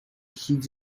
heed